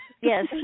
yes